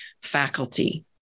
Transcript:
faculty